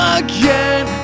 again